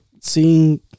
seeing